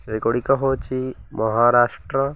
ସେଗୁଡ଼ିକ ହେଉଛି ମହାରାଷ୍ଟ୍ର